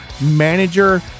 manager